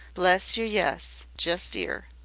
bless yer, yes, just ere.